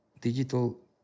digital